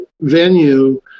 venue